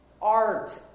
Art